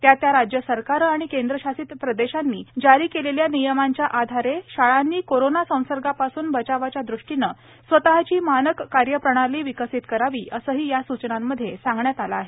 त्या त्या राज्य सरकारं आणि केंद्रशासित प्रदेशांनी जारी केलेल्या नियमांच्या आधारे शाळांनी कोरोना संसर्गापासून बचावाच्या दृष्टीनं स्वतःची मानक कार्यप्रणाली विकसित करावी असंही या सूचनांमधे म्हटलं आहे